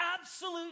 absolute